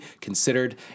considered